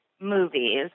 movies